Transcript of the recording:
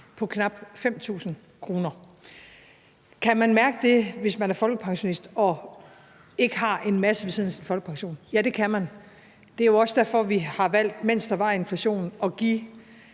på knap 5.000 kr. Kan man mærke det, hvis man er folkepensionist og ikke har en masse ved siden af sin folkepension? Ja, det kan man. Det er jo også derfor, at vi har valgt, mens der var inflation, at give